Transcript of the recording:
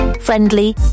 friendly